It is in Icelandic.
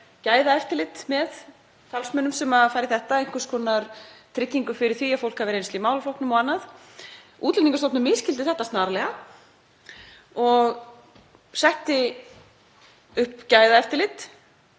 gæðaeftirlit með talsmönnum sem fara í þetta, einhvers konar tryggingu fyrir því að fólk hefði reynslu í málaflokknum og annað. Útlendingastofnun misskildi þetta snarlega og setti upp gæðaeftirlit